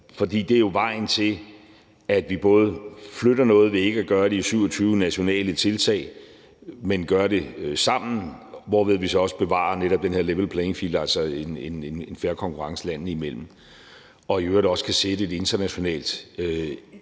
for det er jo vejen til, hvordan vi flytter noget ved ikke at gøre det i 27 nationale tiltag, men ved at gøre det sammen, hvorved vi så også netop bevarer den her level playing field-tilgang altså en fair konkurrence landene imellem og i øvrigt også kan sætte et internationalt